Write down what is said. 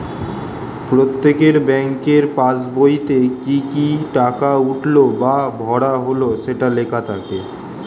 প্রত্যেকের ব্যাংকের পাসবইতে কি কি টাকা উঠলো বা ভরা হলো সেটা লেখা থাকে